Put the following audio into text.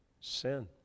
Sin